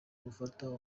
gufata